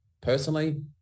personally